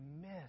miss